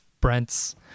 Brent's